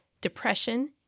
depression